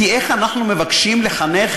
כי איך אנחנו מבקשים לחנך